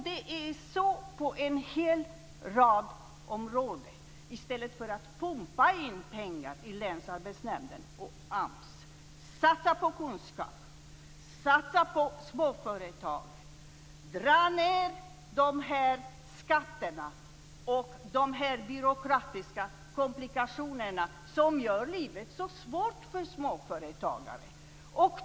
Det är så på en hel rad områden. I stället för att pumpa in pengar i länsarbetsnämnden och AMS ska man satsa på kunskap och småföretag. Man måste dra ned på skatterna och de byråkratiska komplikationerna som gör livet så svårt för småföretagare.